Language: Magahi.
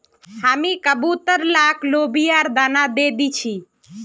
हामी कबूतर लाक लोबियार दाना दे दी छि